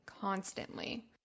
Constantly